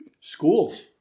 Schools